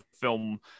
film